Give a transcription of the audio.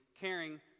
caring